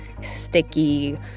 sticky